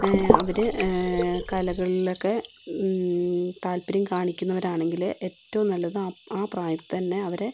അവർ കലകളിലൊക്കേ താത്പര്യം കാണിക്കുന്നവരാണെങ്കിൽ ഏറ്റവും നല്ലത് അ ആ പ്രായത്തിൽ തന്നേ അവരെ